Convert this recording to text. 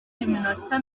iminota